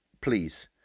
please